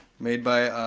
made by,